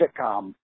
sitcom